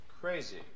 Crazy